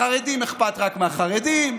לחרדים אכפת רק מהחרדים,